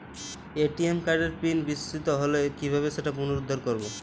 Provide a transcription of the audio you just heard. ATM কার্ডের PIN বিস্মৃত হলে কীভাবে সেটা পুনরূদ্ধার করব?